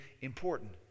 important